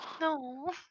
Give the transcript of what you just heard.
No